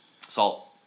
Salt